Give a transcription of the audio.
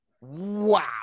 Wow